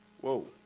Whoa